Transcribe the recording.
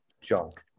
junk